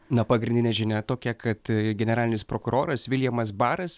na pagrindinė žinia tokia kad generalinis prokuroras viljamas baras